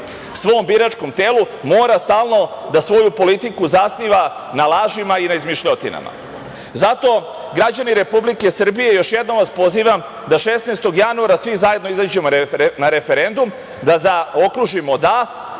svom biračkom telu, mora stalno da svoju politiku zasniva na lažima i na izmišljotinama. Zato, građani Republike Srbije, još jednom vas pozivam da 16. januara svi zajedno izađemo na referendum, da zaokružimo "da",